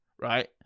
Right